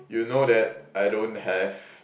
you know that I don't have